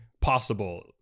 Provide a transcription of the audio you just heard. possible